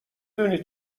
دونی